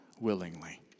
willingly